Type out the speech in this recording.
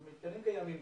המתקנים כבר קיימים